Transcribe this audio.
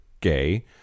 gay